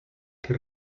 que